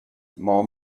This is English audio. more